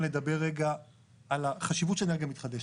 לדבר רגע על החשיבות של אנרגיה מתחדשת,